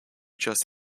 just